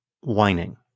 whining